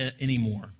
anymore